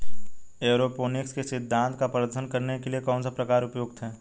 Aeroponics के सिद्धांत का प्रदर्शन करने के लिए कौन सा प्रकार उपयुक्त है?